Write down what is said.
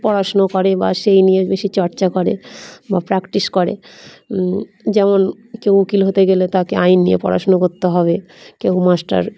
পড়াশুনো করে বা সেই নিয়ে বেশি চর্চা করে বা প্র্যাকটিস করে যেমন কেউ উকিল হতে গেলে তাকে আইন নিয়ে পড়াশুনো করতে হবে কেউ মাস্টার